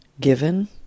Given